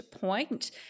point